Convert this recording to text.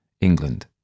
England